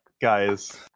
Guys